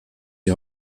die